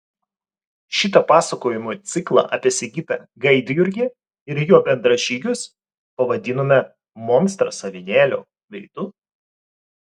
šitą pasakojimų ciklą apie sigitą gaidjurgį ir jo bendražygius pavadinome monstras avinėlio veidu